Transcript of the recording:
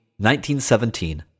1917